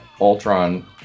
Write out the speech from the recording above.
Ultron